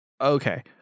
Okay